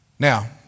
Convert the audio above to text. Now